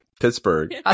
Pittsburgh